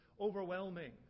overwhelming